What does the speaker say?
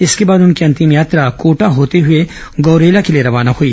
इसके बाद उनकी अंतिम यात्रा कोटा होते हुए गौरेला के लिए रवाना हुई